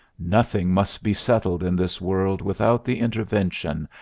nothing must be settled in this world without the intervention.